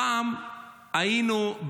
פעם היינו,